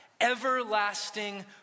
Everlasting